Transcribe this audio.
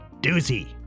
doozy